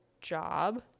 job